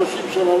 30 שנה?